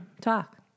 Talk